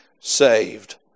saved